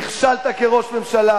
נכשלת כראש ממשלה.